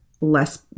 less